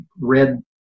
read